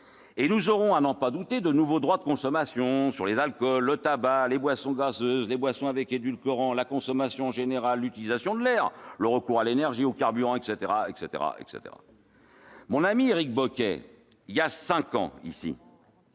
est, nous aurons, à n'en pas douter, de nouveaux droits de consommation sur les alcools, le tabac, les boissons gazeuses, les boissons avec édulcorants, la consommation en général, l'utilisation de l'air, le recours à l'énergie et aux carburants, etc. Voilà cinq ans,